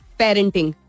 parenting